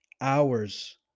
hours